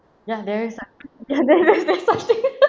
ya there's ah ya there is there's such thing